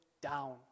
down